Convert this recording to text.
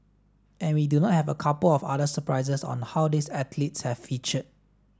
and we do not have a couple of other surprises on how these athletes have featured